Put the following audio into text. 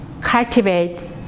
cultivate